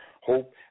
hope